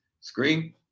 screen